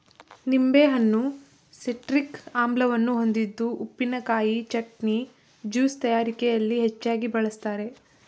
ನಿಂಬೆಹಣ್ಣು ಸಿಟ್ರಿಕ್ ಆಮ್ಲವನ್ನು ಹೊಂದಿದ್ದು ಉಪ್ಪಿನಕಾಯಿ, ಚಟ್ನಿ, ಜ್ಯೂಸ್ ತಯಾರಿಕೆಯಲ್ಲಿ ಹೆಚ್ಚಾಗಿ ಬಳ್ಸತ್ತರೆ